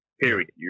period